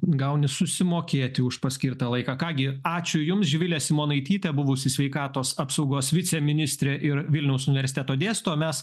gauni susimokėti už paskirtą laiką ką gi ačiū jums živilė simonaitytė buvusi sveikatos apsaugos viceministrė ir vilniaus universiteto dėstytoja o mes